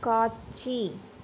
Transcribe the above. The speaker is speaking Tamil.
காட்சி